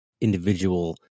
individual